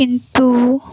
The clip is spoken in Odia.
କିନ୍ତୁ